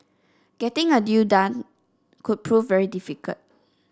getting a deal done could prove very difficult